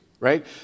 Right